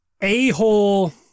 a-hole